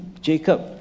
Jacob